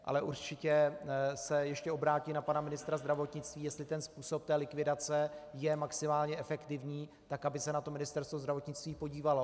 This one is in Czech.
Ale určitě se ještě obrátím na pana ministra zdravotnictví, jestli ten způsob likvidace je maximálně efektivní, tak aby se na to Ministerstvo zdravotnictví podívalo.